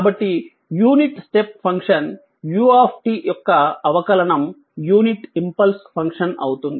కాబట్టి unit step function u యొక్క అవకలనం యూనిట్ ఇంపల్స్ ఫంక్షన్ అవుతుంది